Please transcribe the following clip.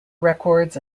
records